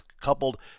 coupled